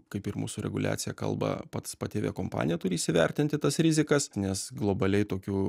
kaip ir mūsų reguliacija kalba pats pati aviakompanija turi įsivertinti tas rizikas nes globaliai tokių